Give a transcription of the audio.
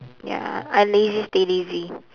ya I lazy stay lazy